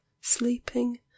sleeping